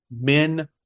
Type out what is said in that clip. men